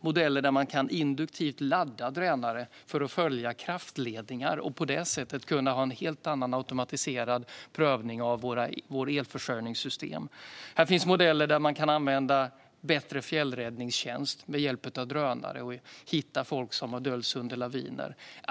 modeller där man induktivt kan ladda drönare för att följa kraftledningar och på det sättet kunna ha en helt annan automatiserad prövning av våra elförsörjningssystem. Här finns modeller där man kan använda fjällräddningstjänsten bättre med hjälp av drönare och hitta folk som har dolts under laviner.